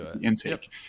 intake